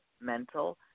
mental